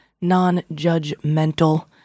non-judgmental